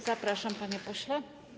Zapraszam, panie pośle.